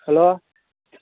hello